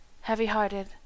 Heavy-hearted